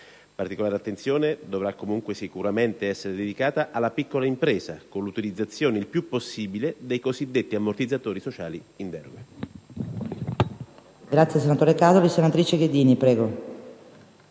Particolare attenzione dovrà comunque sicuramente essere dedicata alla piccola impresa, con la maggior utilizzazione possibile dei cosiddetti ammortizzatori sociali in deroga.